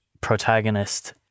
protagonist